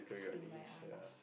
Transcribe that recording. in my arms